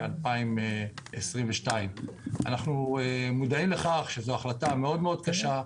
2022. אנחנו מודעים לכך שזו החלטה מאוד קשה,